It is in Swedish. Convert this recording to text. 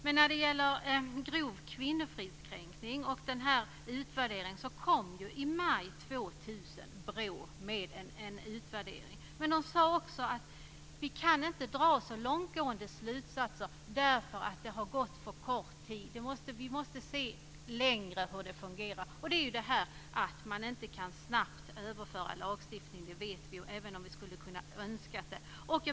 Men när det gäller grov kvinnofridskränkning och utvärderingen kom BRÅ i maj 2000 med en utvärdering. Man sade då att det inte gick att dra så långtgående slutsatser därför att det hade gått för kort tid. Man måste se hur det hela fungerar under en längre tid. Vi vet ju att det inte går att snabbt överföra en lagstiftning även om vi skulle ha önskat det.